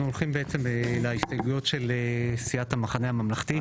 אנחנו הולכים להסתייגויות של סיעת המחנה הממלכתי.